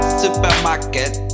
supermarket